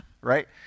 right